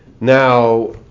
Now